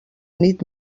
nit